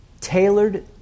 tailored